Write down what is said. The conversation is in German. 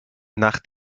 nach